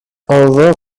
although